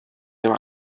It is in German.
dem